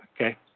Okay